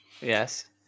Yes